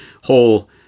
whole